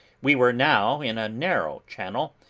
we were now in a narrow channel,